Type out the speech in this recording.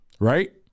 Right